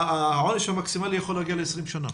העונש המקסימלי יכול להגיע ל-20 שנה.